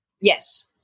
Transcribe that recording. Yes